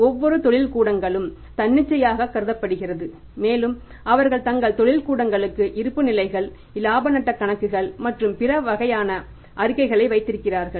ஒவ்வொரு தொழில் கூடங்களும் தன்னிச்சையாக கருதப்படுகிறது மேலும் அவர்கள் தங்கள் தொழில் கூடங்களும் இருப்புநிலைகள் இலாப நட்ட கணக்குகள் மற்றும் பிற வகையான அறிக்கைகளை வைத்திருக்கிறார்கள்